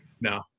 no